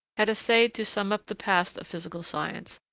had essayed to sum up the past of physical science,